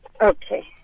okay